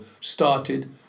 started